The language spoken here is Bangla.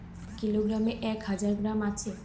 এক কিলোগ্রামে এক হাজার গ্রাম আছে